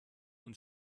und